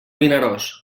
vinaròs